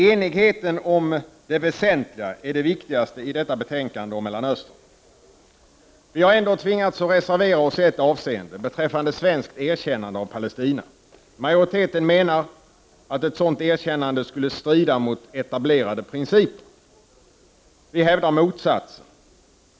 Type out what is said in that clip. Enigheten om det väsentliga är det viktigaste i detta betänkande om Mellanöstern. Vi har dock tvingats reservera oss i ett avseende, nämligen beträffande ett svenskt erkännande av Palestina. Majoriteten menar att ett sådant erkännande skulle strida mot etablerade principer. Vi hävdar motsatsen.